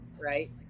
right